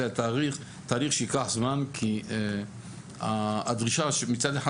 זה תהליך שייקח זמן כי הדרישה מצד אחד